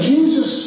Jesus